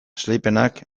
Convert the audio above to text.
esleipenak